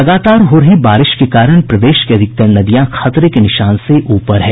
लगातार हो रही बारिश के कारण प्रदेश की अधिकतर नदियां खतरे के निशान से ऊपर है